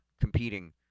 competing